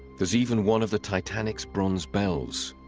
there's even one of the titanic's bronze bells